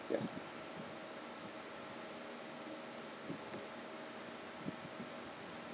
yup